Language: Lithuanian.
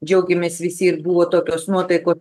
džiaugėmės visi ir buvo tokios nuotaiko